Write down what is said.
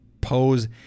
pose